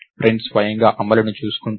print స్వయంగా అమలును చూసుకుంటుంది